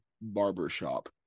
barbershop